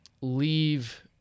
leave –